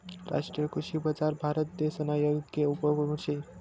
राष्ट्रीय कृषी बजार भारतदेसना येक उपक्रम शे